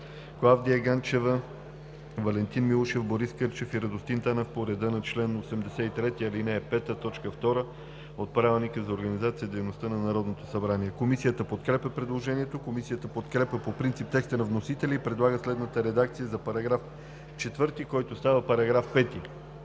Клавдия Ганчева, Валентин Милушев, Борис Кърчев и Радостин Танев по реда на чл. 83, ал. 5, т. 2 от ПОДНС. Комисията подкрепя предложението. Комисията подкрепя по принцип текста на вносителя и предлага следната редакция за § 10, който става § 8: „§ 8.